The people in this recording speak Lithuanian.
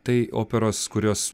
tai operos kurios